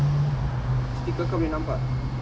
sticker kau boleh nampak